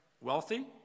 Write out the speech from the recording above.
wealthy